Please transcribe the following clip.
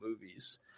movies